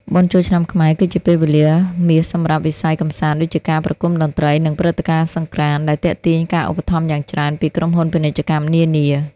បុណ្យចូលឆ្នាំខ្មែរគឺជាពេលវេលាមាសសម្រាប់វិស័យកម្សាន្ត ដូចជាការប្រគំតន្ត្រី និងព្រឹត្តិការណ៍សង្ក្រាន្ត ដែលទាក់ទាញការឧបត្ថម្ភយ៉ាងច្រើនពីក្រុមហ៊ុនពាណិជ្ជកម្មនានា។